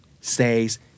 says